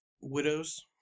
widows